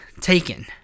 taken